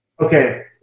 Okay